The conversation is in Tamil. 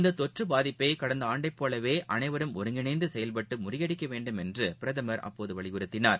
இந்ததொற்றுபாதிப்பைகடந்தஆண்டைப் போலவேஅனைவரும் ஒருங்கிணைந்தசெயல்பட்டுமுறியடிக்கவேண்டும் என்றபிரதமர் அப்போதுவலியுறுத்தினார்